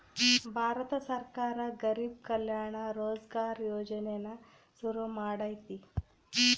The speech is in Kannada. ಭಾರತ ಸರ್ಕಾರ ಗರಿಬ್ ಕಲ್ಯಾಣ ರೋಜ್ಗರ್ ಯೋಜನೆನ ಶುರು ಮಾಡೈತೀ